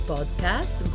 Podcast